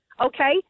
okay